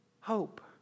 hope